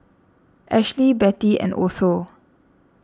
Ashlie Betty and Otho